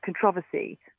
controversy